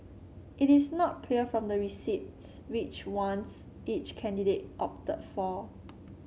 it is not clear from the receipts which ones each candidate opted for